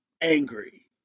angry